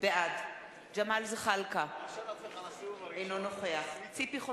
בעד ג'מאל זחאלקה, אינו נוכח ציפי חוטובלי,